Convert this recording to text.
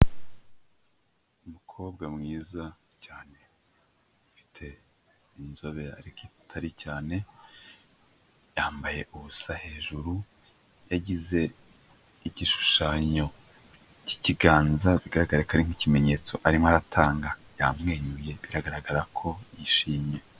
Umukobwa mwiza cyane ufite inzobe ari ariko atari cyane, yambaye ubusa hejuru yagize igishushanyo k'ikiganza, bigaragaye ko ari nk'ikimenyetso arimo aratanga yamwenyuye biragaragara ko yishimye.